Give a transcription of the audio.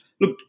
Look